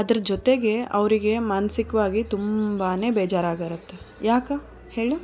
ಅದ್ರ ಜೊತೆಗೆ ಅವರಿಗೆ ಮಾನಸಿಕ್ವಾಗಿ ತುಂಬನೇ ಬೇಜಾರು ಆಗಿರುತ್ತೆ ಯಾಕೆ ಹೇಳು